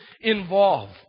involve